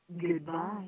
Goodbye